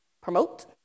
promote